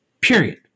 period